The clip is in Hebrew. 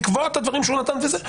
בעקבות הדברים שהוא נתן וזה.